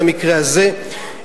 במקרה הזה,